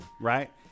right